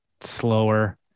slower